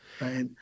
Right